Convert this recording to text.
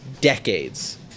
decades